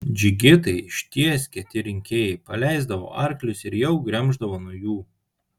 džigitai iš ties kieti rinkėjai paleisdavo arklius ir jau gremždavo nuo jų